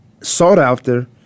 sought-after